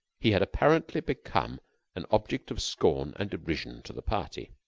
he had apparently become an object of scorn and derision to the party.